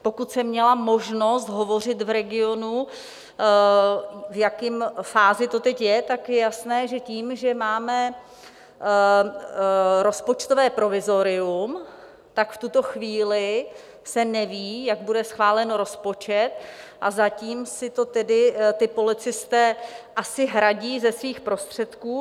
Pokud jsem měla možnost hovořit v regionu, v jaké fázi to teď je, tak je jasné, že tím, že máme rozpočtové provizorium, tak v tuto chvíli se neví, jak bude schválen rozpočet, a zatím si to tedy ti policisté asi hradí ze svých prostředků.